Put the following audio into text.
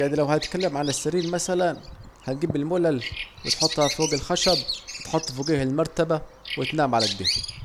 يعني لو هنتكلم على موضوع السرير مسلا، هتجيب الملل وتحطها فوج الخشب وتحط فوجيها المرتبة وتنام على اكده